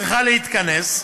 צריכה להתכנס.